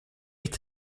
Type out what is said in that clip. ate